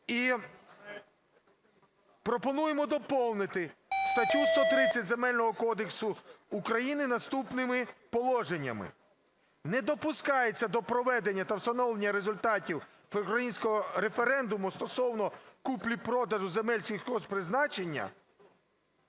і пропонуємо доповнити статтю 130 Земельного кодексу України наступними положеннями. "Не допускається до проведення та вставлення результатів всеукраїнського референдуму стосовно купівлі-продажу земель сільгосппризначення: